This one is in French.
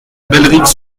bellerive